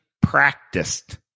practiced